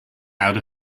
out